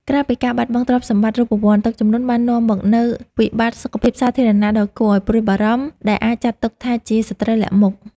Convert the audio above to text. ក្រៅពីការបាត់បង់ទ្រព្យសម្បត្តិរូបវន្ត ទឹកជំនន់បាននាំមកនូវវិបត្តិសុខភាពសាធារណៈដ៏គួរឱ្យព្រួយបារម្ភ ដែលអាចចាត់ទុកថាជាសត្រូវលាក់មុខ។